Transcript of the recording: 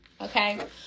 okay